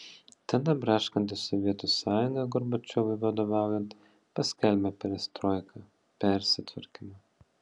tada braškanti sovietų sąjunga gorbačiovui vadovaujant paskelbė perestroiką persitvarkymą